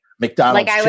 McDonald's